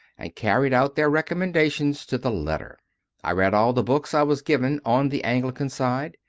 and carried out their recommendations to the letter i read all the books i was given on the anglican side,